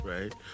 right